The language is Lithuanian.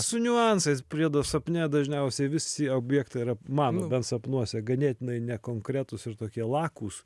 su niuansais priedo sapne dažniausiai visi objektai yra mano bent sapnuose ganėtinai nekonkretūs ir tokie lakūs